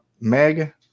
Meg